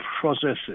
processes